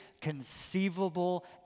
conceivable